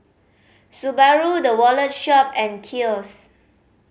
Subaru The Wallet Shop and Kiehl's